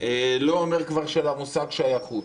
ואני כבר לא מדבר על המושג "שייכות".